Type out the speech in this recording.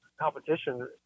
competition